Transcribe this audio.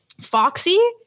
Foxy